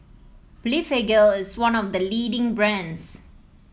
Blephagel is one of the leading brands